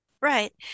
Right